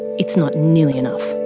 it's not nearly enough.